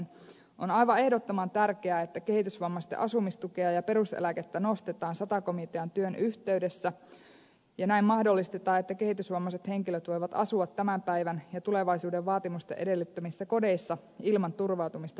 on aivan ehdottoman tärkeää että kehitysvammaisten asumistukea ja peruseläkettä nostetaan sata komitean työn yhteydessä ja näin mahdollistetaan se että kehitysvammaiset henkilöt voivat asua tämän päivän ja tulevaisuuden vaatimusten edellyttämissä kodeissa ilman turvautumista toimeentulotukeen